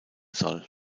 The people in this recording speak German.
soll